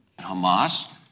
Hamas